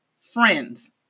friends